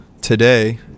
today